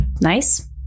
nice